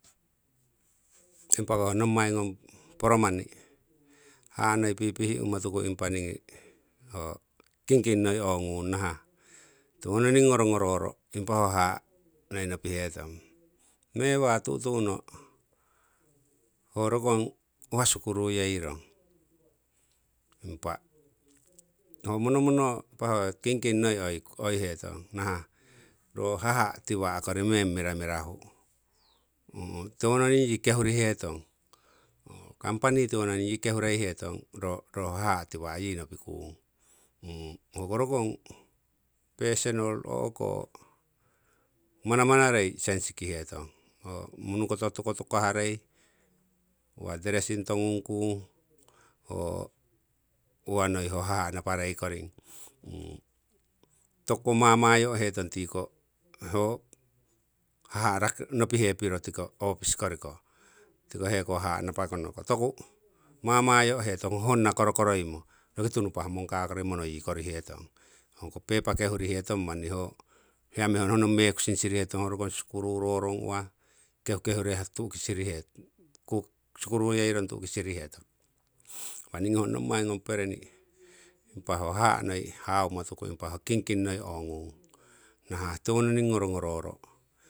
impako ho ngong poromani haha' noi pihipihi motuku impa ningi ho kingking noi ongung nahah tiwoning ngoro ngororo impa ho haha' noi nopihetong. Mewa tu'tu'no uwa sikuruyei rong impa ho monomono impa ho kingking noi oihetong nahah ro haha' tiwa' kori meng mirahu, tiwononing yi kehurihetong, company tiwoning yi kehureihetong ro haha' tiwa'yi nopikung. Hoko rokong personal ho'ko manamanarei sengsikihetong ho munukoto tukotukoharei, uwa dressing tongungkung, ho uwa noi ho haha' naparei koring tokuko mamayo'hetong ho haha' nopihe piro tiko office koriko tiko heko haha' napakonoko toku mamayo'hetong ho honna korokoroimo roki tunupah mongka kori monoyi korihetong. Hoko pepa kehurihetong manni ho hiya honong mekuhing sirihetong, sikuruyei rong uwa sikuruyeirong tu'ki sirihetong. Impa niingi ho nommai ngong pereni ho haha' hawumotuku impa ho kingking noi ongung nahah tiwoning, tiwoning ngorongororo.